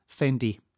Fendi